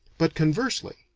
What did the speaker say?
but conversely,